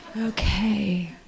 okay